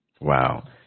Wow